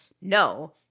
No